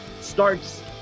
starts